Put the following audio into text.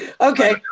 okay